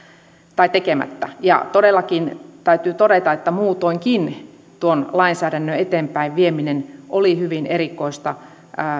tekemättä ja todellakin täytyy todeta että muutoinkin tuon lainsäädännön eteenpäinvieminen oli hyvin erikoista